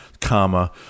comma